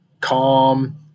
calm